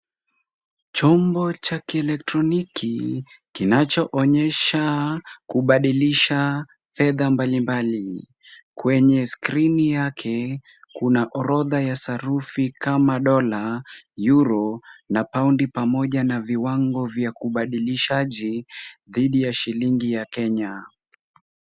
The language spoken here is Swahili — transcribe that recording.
Chombo cha kielektroniki kinachoonyesha kubadilisha fedha mbalimbali. Kwenye skrini yake, kuna orodha ya sarufi kama dollar ,euro na pound pamoja na viwango vya ubadilishaji dhidi ya shilingi ya Kenya.